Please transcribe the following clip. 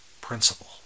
principle